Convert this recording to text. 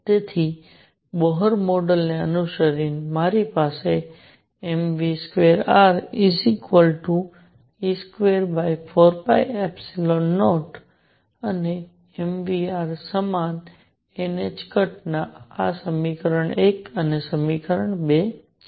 તેથી Bohr model અનુસાર મારી પાસે mv2re24π0 અને m v r સમાન n આ સમીકરણ 1 સમીકરણ 2 છે